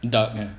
dark ah